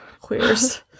queers